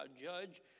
judge